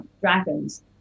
dragons